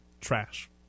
trash